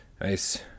nice